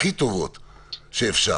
הכי טובות שאפשר.